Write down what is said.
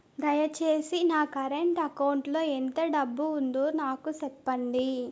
దయచేసి నా current account లో ఎంత డబ్బు ఉందో నాకు సెప్పండి